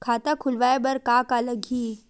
खाता खुलवाय बर का का लगही?